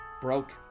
broke